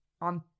on